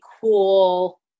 cool